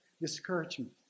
discouragement